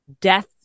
death